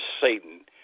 Satan